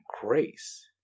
grace